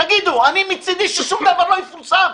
תגידו, אני מצדי ששום דבר לא יפורסם.